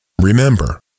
Remember